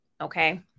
okay